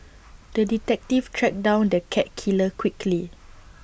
the detective tracked down the cat killer quickly